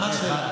אל תדאג.